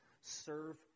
serve